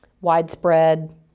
widespread